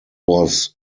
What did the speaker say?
was